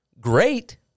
great